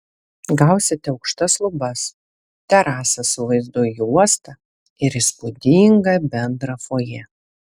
gausite aukštas lubas terasą su vaizdu į uostą ir įspūdingą bendrą fojė